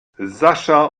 sascha